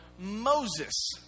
Moses